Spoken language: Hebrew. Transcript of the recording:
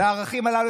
"לערכים הללו,